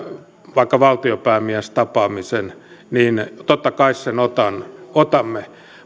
vaikka valtionpäämiestapaamisen niin totta kai sen otamme